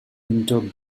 pinto